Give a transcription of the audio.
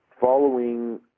Following